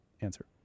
Answer